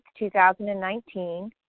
2019